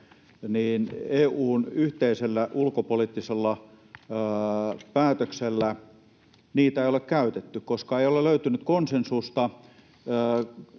EU:n yhteisellä ulkopoliittisella päätöksellä ei ole käytetty, koska ei ole löytynyt konsensusta eikä